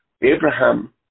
Abraham